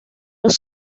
los